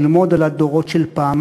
ללמוד על הדורות של פעם,